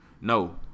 No